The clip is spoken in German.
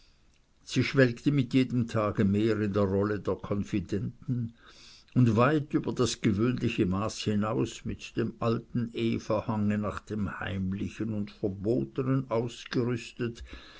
sie schwelgte mit jedem tage mehr in der rolle der konfidenten und weit über das gewöhnliche maß hinaus mit dem alten evahange nach dem heimlichen und verbotenen ausgerüstet